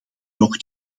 nog